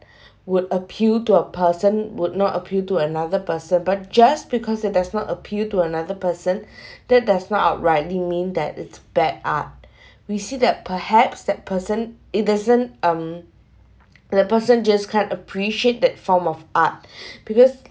would appeal to a person would not appeal to another person but just because it does not appeal to another person that does not outright didn't mean that it's bad art we see that perhaps that person it doesn't um the person just kind appreciate that form of art because